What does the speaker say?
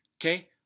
okay